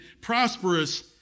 prosperous